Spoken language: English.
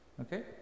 Okay